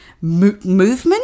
movement